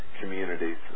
communities